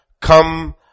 Come